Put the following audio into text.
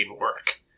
work